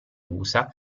usa